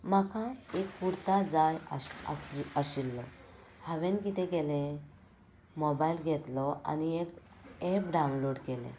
म्हाका एक कुर्ता जाय आस आशिल आशिल्लो हांवेन कितें केलें मोबायल घेतलो आनी एक एप डावन्लाॅड केलें